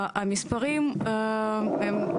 המספרים הם.